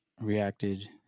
reacted